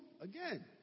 again